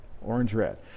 orange-red